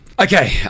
Okay